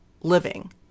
living